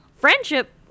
friendship